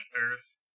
Earth